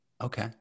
Okay